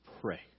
Pray